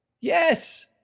Yes